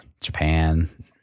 Japan